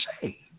say